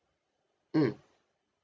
mm